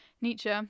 Nietzsche